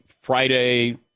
Friday